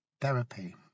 therapy